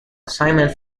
assignment